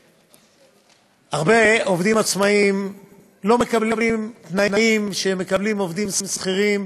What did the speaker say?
הרבה עובדים עצמאים לא מקבלים תנאים שמקבלים עובדים שכירים,